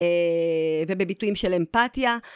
ובביטויים של אמפתיה